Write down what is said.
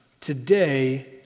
today